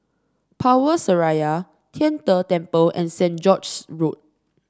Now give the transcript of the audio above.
Power Seraya Tian De Temple and Saint George's Road